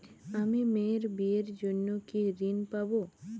আমি মেয়ের বিয়ের জন্য কি ঋণ পাবো?